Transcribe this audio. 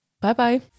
Bye-bye